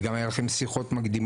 וגם היו לכם שיחות מקדימות.